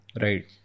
Right